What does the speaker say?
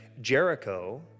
Jericho